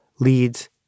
leads